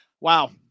Wow